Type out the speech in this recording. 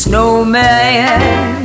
Snowman